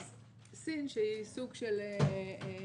אז סין, שהיא סוג של ענק